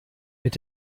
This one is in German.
mit